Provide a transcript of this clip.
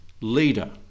leader